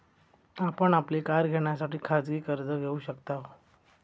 आपण आपली कार घेण्यासाठी खाजगी कर्ज घेऊ शकताव